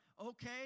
okay